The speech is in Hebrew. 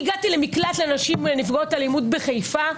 אני הגעתי למקלט לנשים נפגעות אלימות בחיפה.